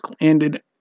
ended